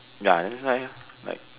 ya that's why like